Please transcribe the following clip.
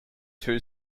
two